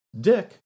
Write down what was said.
Dick